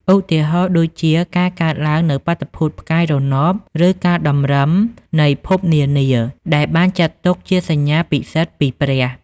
ឧទាហរណ៍ដូចជាការកើតឡើងនូវបាតុភូតផ្កាយរណបឬការតម្រឹមនៃភពនានាដែលបានចាត់ទុកជាសញ្ញាពិសិដ្ឋពីព្រះ។